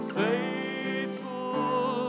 faithful